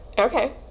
okay